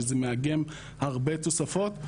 שזה מאגם הרבה תוספות.